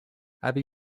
avi